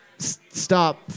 Stop